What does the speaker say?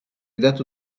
dato